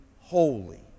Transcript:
holy